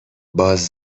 باز